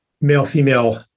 male-female